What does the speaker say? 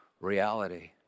reality